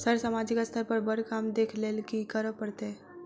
Sir सामाजिक स्तर पर बर काम देख लैलकी करऽ परतै?